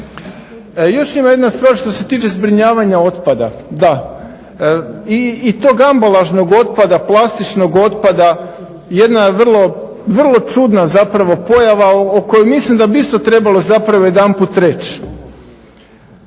Još ima jedna stvar što se tiče zbrinjavanja otpada, da i to ambalažnog otpada, plastičnog otpada jedna je vrlo čudna zapravo pojava o kojoj mislim da bi isto trebalo zapravo jedanput reći.